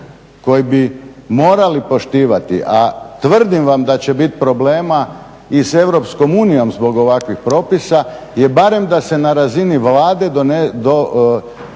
koji bi morali poštivati, a tvrdim vam da će bit problema i s Europskom unijom zbog ovakvih propisa, je barem da se na razini Vlade